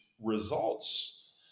results